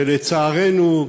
ולצערנו,